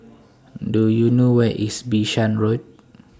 Do YOU know Where IS Bishan Road